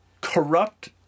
corrupt